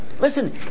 Listen